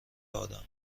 آدم